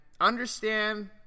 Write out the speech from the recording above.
understand